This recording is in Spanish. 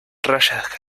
rayas